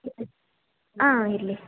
ಆಂ ಇರಲಿ